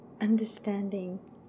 understanding